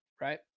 right